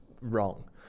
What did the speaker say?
wrong